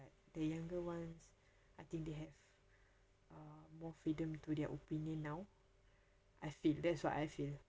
the younger ones I think they have uh more freedom to their opinion now I feel that's what I feel